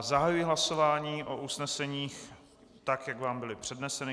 Zahajuji hlasování o usneseních, tak jak vám byla přednesena.